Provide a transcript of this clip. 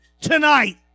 tonight